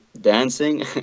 dancing